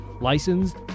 Licensed